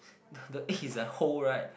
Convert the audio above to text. the egg is like whole right